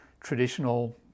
traditional